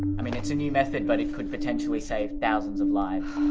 i mean, it's a new method but it could potentially save thousands of lives.